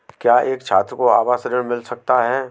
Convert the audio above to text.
क्या एक छात्र को आवास ऋण मिल सकता है?